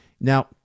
Now